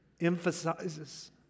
emphasizes